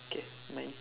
okay mine